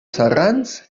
serrans